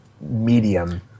medium